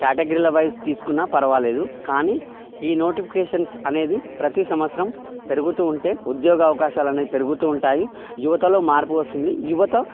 కేటగిరీల wise తీసుకున్నా పర్వాలేదు కానీ ఈ నోటిఫికేషన్స్ అనేది ప్రతీ సంవత్సరం పెరుగుతూ ఉంటే ఉద్యోగ అవకాశాలు అనేవి పెరుగుతూ ఉంటాయి యువతలో మార్పు వస్తుంది యువత